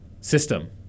system